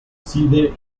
side